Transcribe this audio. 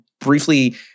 briefly